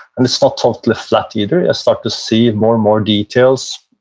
and it's not totally flat either, i start to see more and more details,